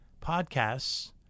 podcasts